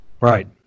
Right